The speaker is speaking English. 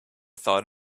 thought